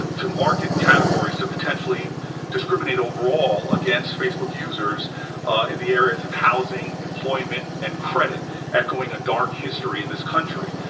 ah to market categories to potentially discriminate overall against facebook users in the areas of housing, employment and credit echoing a dark history in this country.